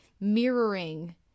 mirroring